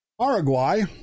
Paraguay